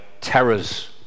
terrors